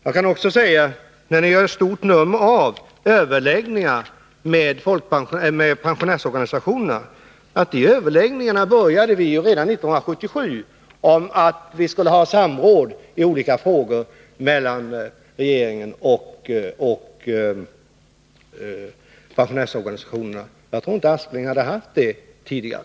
Jag kan också nämna, när ni gör ett stort nummer av överläggningar med penionärsorganisationerna, att redan 1977 började vi med samråd i olika frågor mellan regeringen och pensionärernas organisationer. Jag tror inte att Sven Aspling hade haft det tidigare.